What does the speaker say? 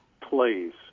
please